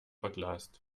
verglast